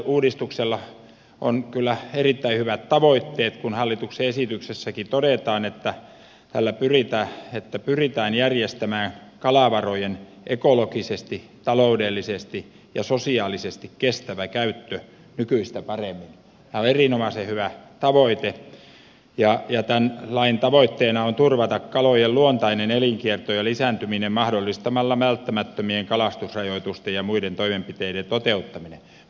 uudistuksella on kyllä erittäin hyvät tavoitteet kun hallituksen esityksessäkin todetaan että pyritään järjestämään kalavarojen ekologisesti taloudellisesti ja sosiaalisesti kestävä käyttö nykyistä paremmin tämä on erinomaisen hyvä tavoite ja tämän lain tavoitteena on turvata kalojen luontainen elinkierto ja lisääntyminen mahdollistamalla välttämättömien kalastusrajoitusten ja muiden toimenpiteiden toteuttaminen